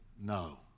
No